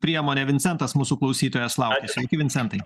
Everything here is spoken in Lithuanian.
priemonę vincentas mūsų klausytojas laukia sveiki vincentai